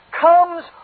comes